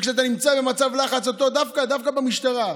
כשאתה נמצא במצב לחץ, דווקא במשטרה.